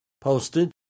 posted